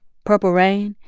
purple rain,